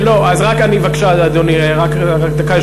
בבקשה, רק דקה.